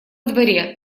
дворе